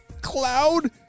cloud